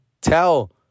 tell